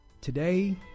today